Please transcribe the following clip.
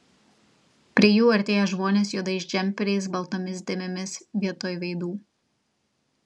prie jų artėja žmonės juodais džemperiais baltomis dėmėmis vietoj veidų